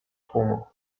tłumu